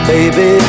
Baby